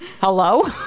hello